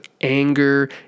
anger